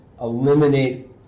eliminate